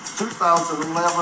2011